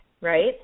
right